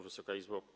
Wysoka Izbo!